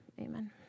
Amen